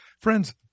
Friends